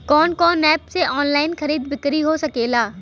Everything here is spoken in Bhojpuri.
कवन कवन एप से ऑनलाइन खरीद बिक्री हो सकेला?